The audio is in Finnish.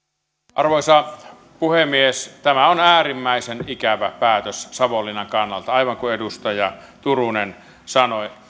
arvoisa puhemies tämä on äärimmäisen ikävä päätös savonlinnan kannalta aivan kuin edustaja turunen sanoi